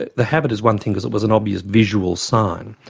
the the habit is one thing because it was an obvious visual sign,